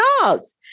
dogs